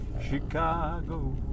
Chicago